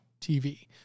TV